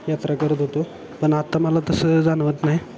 यात्रा करत होतो पण आत्ता मला तसं जाणवत नाही